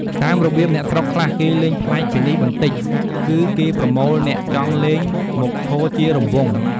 តាមរបៀបអ្នកស្រុកខ្លះ គេលេងប្លែកពីនេះបន្តិច គឺគេប្រមូលអ្នកចង់លេងមកឈរជារង្វង់។